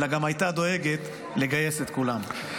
אלא גם הייתה דואגת לגייס את כולם.